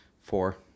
Four